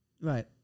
Right